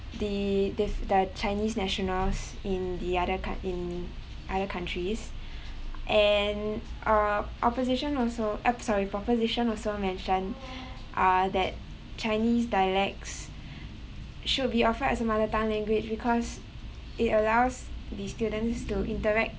the diff~ the chinese nationals in the other coun~ in other countries and uh opposition also !oops! sorry proposition also mentioned ah that chinese dialects should be offered as a mother tongue language because it allows the students to interact